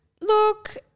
look